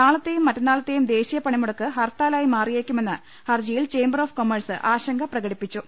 നാളത്തെയും മറ്റന്നാളത്തെയും ദേശീയ പണിമുടക്ക് ഹർത്താലായി മാറിയേക്കുമെന്ന് ഹർജിയിൽ ചേമ്പർ ഓഫ് കൊമേഴ്സ് ആശങ്ക പ്രകടിപ്പിച്ചു